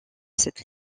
cette